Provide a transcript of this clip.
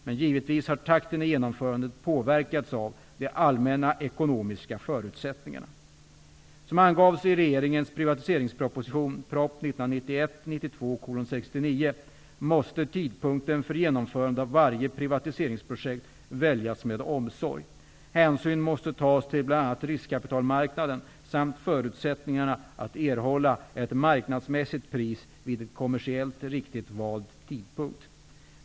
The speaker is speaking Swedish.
Men givetvis har takten i genomförandet påverkats av de allmänna ekonomiska förutsättningarna. , måste tidpunkten för genomförande av varje privatiseringsprojekt väljas med omsorg. Hänsyn måste tas till bl.a. riskkapitalmarknaden samt förutsättningarna att erhålla ett marknadsmässigt pris vid en kommersiellt riktigt vald tidpunkt.